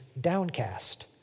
downcast